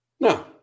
No